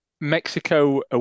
Mexico